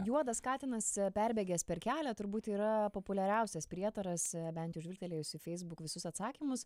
juodas katinas perbėgęs per kelią turbūt yra populiariausias prietaras bent jau žvilgtelėjus į facebook visus atsakymus